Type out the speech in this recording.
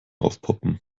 aufpoppen